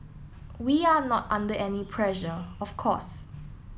we are not under any pressure of course